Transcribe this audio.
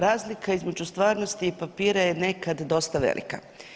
Razlika između stvarnosti i papira je nekad dosta velika.